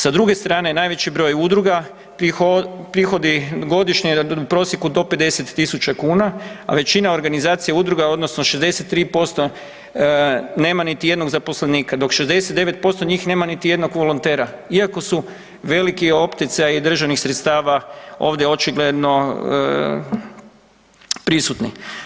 Sa druge strane, najveći broj udruga prihodi godišnje u prosjeku do 50 tisuća kuna, a većina organizacija udruga odnosno 63% nema niti jednog zaposlenika, dok 69% njih nema niti jednog volontera, iako su veliki opticaji državnih sredstava ovdje očigledno prisutni.